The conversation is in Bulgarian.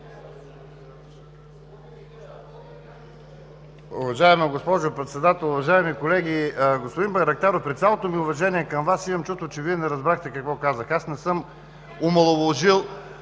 Уважаема госпожо Председател, уважаеми колеги! Господин Байрактаров, при цялото ми уважение към Вас, имам чувството, че Вие не разбрахте какво казах. Не съм омаловажил